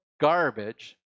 garbage